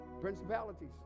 Principalities